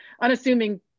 unassuming